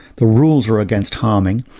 the rules are against harming.